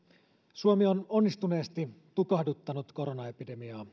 suomi on onnistuneesti tukahduttanut koronaepidemiaa